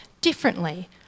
differently